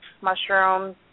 mushrooms